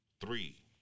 three